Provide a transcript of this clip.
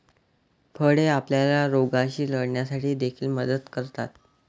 फळे आपल्याला रोगांशी लढण्यासाठी देखील मदत करतात